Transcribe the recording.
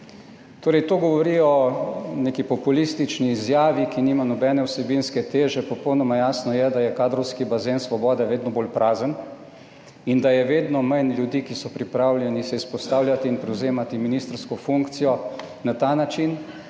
to govori o neki populistični izjavi, ki nima nobene vsebinske teže. Popolnoma jasno je, da je kadrovski bazen Svobode vedno bolj prazen in da je vedno manj ljudi, ki so pripravljeni se izpostavljati in prevzemati ministrsko funkcijo. Na ta način,